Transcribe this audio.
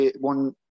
one